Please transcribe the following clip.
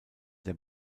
der